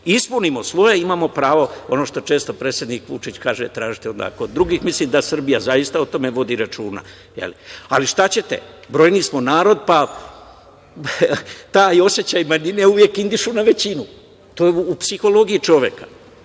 Ispunimo svoje, imamo pravo, ono što često predsednik Vučić kaže, tražite kod drugih. Mislim da Srbija zaista o tome vodi računa. Ali, šta ćete brojni smo narod, pa taj osećaj manjine uvek ide na većinu, to je u psihologiji čoveka,